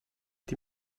die